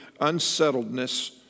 unsettledness